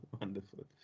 wonderful